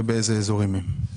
ובאיזה אזורים הן?